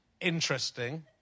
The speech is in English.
interesting